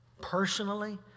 Personally